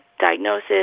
diagnosis